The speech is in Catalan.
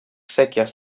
séquies